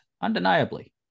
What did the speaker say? undeniably